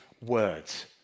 words